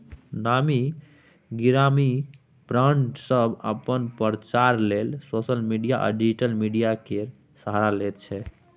नामी गिरामी ब्राँड सब अपन प्रचार लेल सोशल आ डिजिटल मीडिया केर सहारा लैत छै